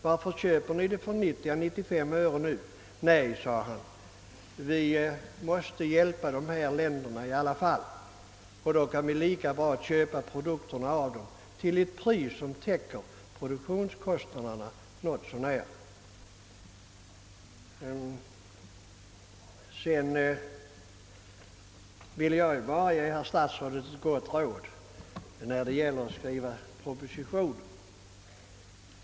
Varför köper ni till 90—95 öre nu?» Han svarade: »Vi måste hjälpa dessa länder i alla fall, och då kan vi lika gärna köpa produkterna från dem till priser som något så när täcker produktionskostnaderna.» Jag vill ge statsrådet ett gott råd när propositionen skall skrivas.